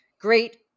Great